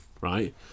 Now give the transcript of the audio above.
Right